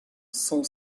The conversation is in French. son